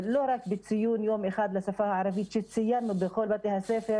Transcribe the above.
לא רק בציון יום אחד לשפה הערבית שציינו בכל בתי הספר.